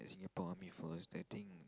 Singapore-Army-Force I think